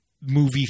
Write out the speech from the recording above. movie